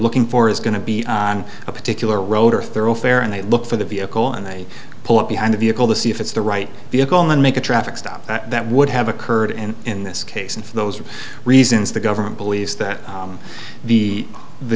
looking for is going to be on a particular road or thoroughfare and they look for the vehicle and they pull up behind a vehicle to see if it's the right vehicle and make a traffic stop that would have occurred and in this case and for those reasons the government believes that the the